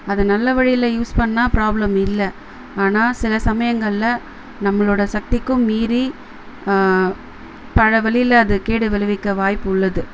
அதை நல்ல வழியில் யூஸ் பண்ணால் ப்ராப்ளம் இல்லை ஆனால் சில சமயங்கள்ல நம்மளோடய சக்திக்கும் மீறி பல வழியில் அது கேடு விளைவிக்க வாய்ப்பு உள்ளது